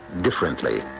differently